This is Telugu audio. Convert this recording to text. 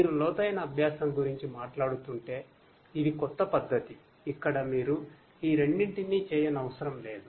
మీరు లోతైన అభ్యాసం గురించి మాట్లాడుతుంటే ఇది క్రొత్త పద్ధతి ఇక్కడ మీరు ఈ రెండింటినీ చేయనవసరం లేదు